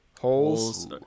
Holes